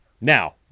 Now